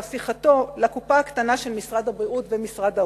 והפיכתו לקופה הקטנה של משרד הבריאות ומשרד האוצר.